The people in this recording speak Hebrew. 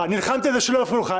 נלחמתי על זה שלא יפריעו לך,